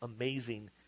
amazing